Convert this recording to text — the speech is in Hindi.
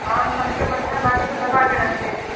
हाँ सबके मच्छरदानी तो लगाकर रखते हैं